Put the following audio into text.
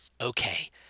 Okay